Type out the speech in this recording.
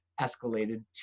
escalated